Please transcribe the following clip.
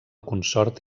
consort